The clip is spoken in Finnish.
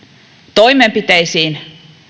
toimenpiteisiin